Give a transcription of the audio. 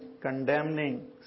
condemning